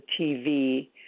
TV